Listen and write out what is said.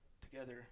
together